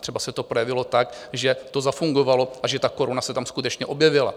Třeba se to projevilo tak, že to zafungovalo a že ta koruna se tam skutečně objevila.